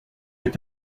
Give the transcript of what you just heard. est